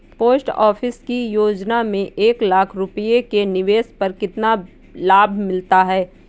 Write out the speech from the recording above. Post office की योजना में एक लाख रूपए के निवेश पर कितना लाभ मिलता है?